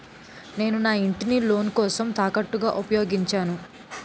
నేను నా ఇంటిని లోన్ కోసం తాకట్టుగా ఉపయోగించాను